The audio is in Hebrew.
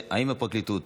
האם הפרקליטות